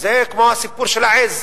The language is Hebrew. זה כמו הסיפור של העז.